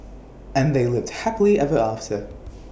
and they lived happily ever after